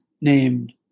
named